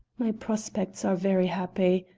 my prospects are very happy.